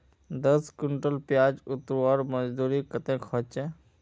दस कुंटल प्याज उतरवार मजदूरी कतेक होचए?